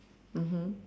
mmhmm